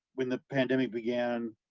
when the pandemic began,